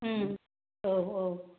औ औ